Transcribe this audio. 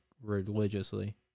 religiously